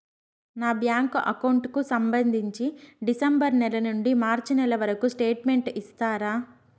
నా bank account కు సంబంధించి డిసెంబరు నెల నుండి మార్చి నెలవరకు స్టేట్మెంట్ ఇస్తారా?